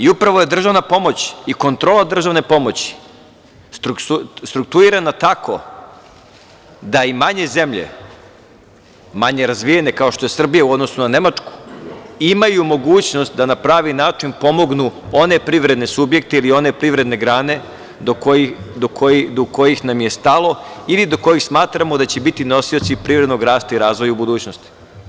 Upravo je državna pomoć i kontrola državne pomoći struktuirana tako da i manje zemlje, manje razvijene, kao što je Srbija u odnosu na Nemačku, imaju mogućnost da na pravi način pomognu one privredne subjekte ili one privredne grane do kojih nam je stalo ili do kojih smatramo da će biti nosioci privrednog rasta i razvoja u budućnosti.